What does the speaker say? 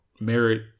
merit